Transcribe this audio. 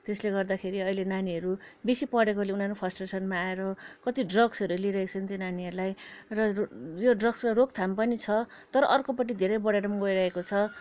त्यसले गर्दाखेरि अहिले नानीहरू बेसी पढेकोले उनीहरू पनि फ्रसटेसनमा आएर कति ड्रग्सहरू लिइरहेका छन् ती नानीहरूलाई र यो ड्रग्सलाई रोकथाम पनि छ तर अर्कोपट्टि धेरै बढेर पनि गइरहेको छ